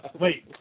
Wait